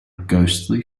ghostly